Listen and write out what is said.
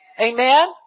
Amen